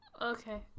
okay